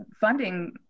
funding